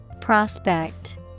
Prospect